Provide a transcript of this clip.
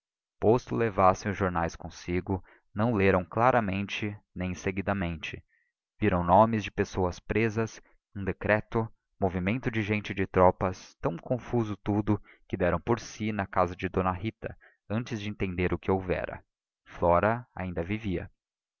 posto levassem os jornais consigo não leram claramente nem seguidamente viram nomes de pessoas presas um decreto movimento de gente e de tropas tão confuso tudo que deram por si na casa de d rita antes de entender o que houvera flora ainda vivia